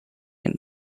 and